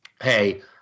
hey